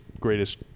greatest